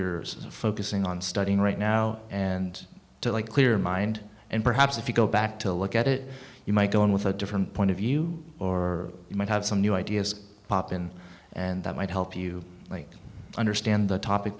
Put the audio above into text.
yours focusing on studying right now and to like clear mind and perhaps if you go back to look at it you might go in with a different point of view or you might have some new ideas pop in and that might help you understand the topic